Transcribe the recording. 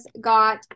got